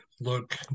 look